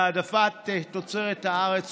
העדפת תוצרת הארץ,